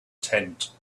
tent